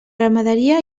ramaderia